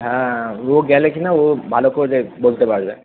হ্যাঁ ও গেলে কি না ও ভালো করে দেখ বলতে পারবে